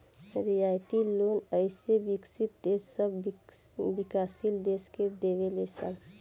रियायती लोन अइसे विकसित देश सब विकाशील देश के देवे ले सन